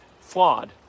flawed